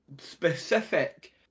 specific